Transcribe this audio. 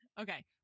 Okay